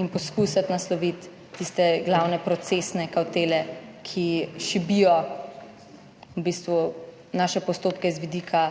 in poskusiti nasloviti tiste glavne procesne kavtele, ki šibijo v bistvu naše postopke z vidika